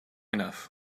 enough